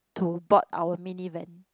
to board our mini van